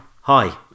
Hi